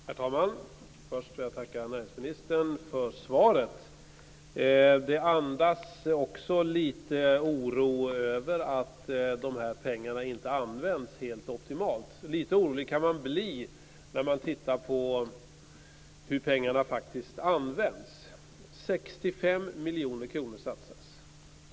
Herr talman! Först vill jag tacka näringsministern för svaret. Det andas också lite oro över att de här pengarna inte används helt optimalt. Lite orolig kan man bli när man tittar på hur pengarna faktiskt används. 65 miljoner kronor satsas.